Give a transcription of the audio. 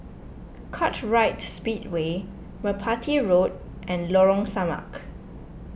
Kartright Speedway Merpati Road and Lorong Samak